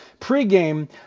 pregame